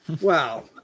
Wow